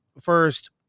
First